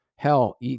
Hell